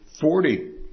Forty